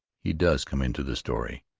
he does come into the story,